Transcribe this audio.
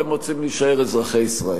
אתם רוצים להישאר אזרחי ישראל,